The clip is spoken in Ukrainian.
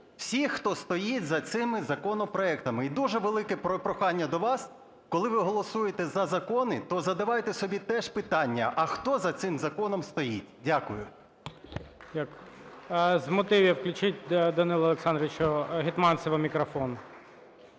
всіх, хто стоїть за цими законопроектами. І дуже велике прохання до вас. Коли ви голосуєте за закони, то задавайте собі теж питання: а хто за цим законом стоїть? Дякую. ГОЛОВУЮЧИЙ. Дякую. З мотивів включіть Данилу Олександровичу Гетманцеву мікрофон.